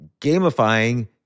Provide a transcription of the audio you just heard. gamifying